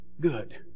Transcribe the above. good